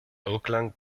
auckland